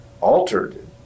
altered